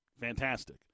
fantastic